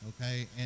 Okay